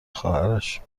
خواهرش